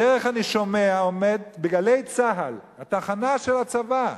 בדרך אני שומע, ב"גלי צה"ל" התחנה של הצבא,